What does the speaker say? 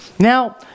Now